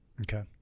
Okay